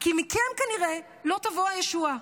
כי מכם כנראה לא תבוא הישועה.